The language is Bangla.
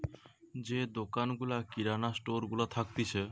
যে দোকান গুলা কিরানা স্টোর গুলা থাকতিছে